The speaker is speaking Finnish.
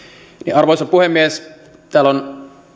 arvoisa puhemies täällä on